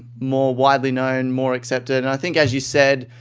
more widely-known, more accepted. and i think, as you said,